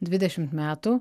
dvidešimt metų